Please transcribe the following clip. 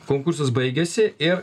konkursas baigėsi ir